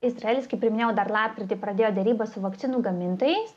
izraelis kaip ir minėjau dar lapkritį pradėjo derybas su vakcinų gamintojais